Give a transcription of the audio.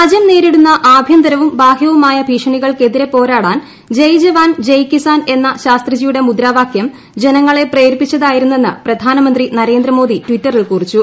രാജ്യം നേരിടുന്ന ആഭ്യന്തരവും ബാഹ്യവുമായ ഭീഷണികൾക്കെതിരെ പോരാടാൻ ജയ് ജവാൻ ജയ് കിസാൻ എന്ന ശാസ്ത്രിജിയുടെ മുദ്രാവാക്യം ജനങ്ങളെ പ്രേരിപ്പിച്ചതായിരുന്നെന്ന് പ്രധാനമന്ത്രി നരേന്ദ്ര മോദി ടിറ്ററിൽ കുറിച്ചു